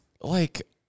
like-